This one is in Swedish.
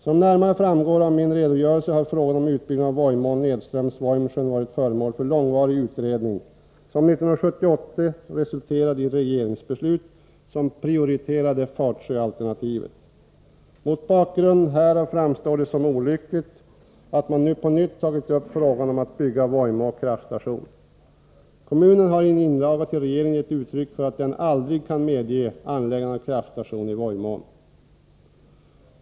Som närmare framgår av min redogörelse har frågan om utbyggnad av Vojmån nedströms Vojmsjön varit föremål för långvarig utredning, som 1978 resulterade i ett regeringsbeslut som prioriterade Fatsjöalternativet. Mot bakgrund härav framstår det som olyckligt att man nu på nytt tagit upp frågan om att bygga Vojmå kraftstation. Kommunen har i en inlaga till regeringen gett uttryck för att den aldrig kan medge anläggande av kraftstation i Vojmån.